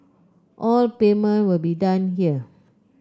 all payment will be done here